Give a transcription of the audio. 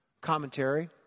Commentary